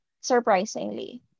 Surprisingly